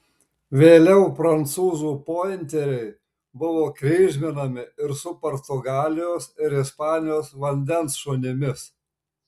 vėliau prancūzų pointeriai buvo kryžminami ir su portugalijos ir ispanijos vandens šunimis